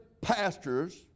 pastors